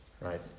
right